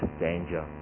danger